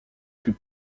plus